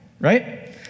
right